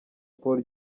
paul